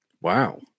Wow